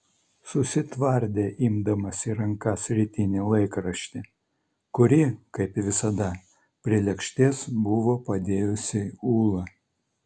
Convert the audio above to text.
susitvardė imdamas į rankas rytinį laikraštį kurį kaip visada prie lėkštės buvo padėjusi ūla